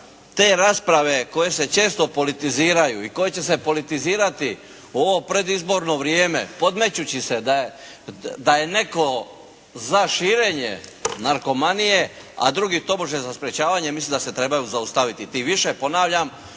te rasprave koje se često politiziraju i koje će se politizirati u ovo predizborno vrijeme podmećući se da je netko za širenje narkomanije, a drugi tobože za sprječavanje, mislim da se trebaju zaustaviti. Tim više, ponavlja,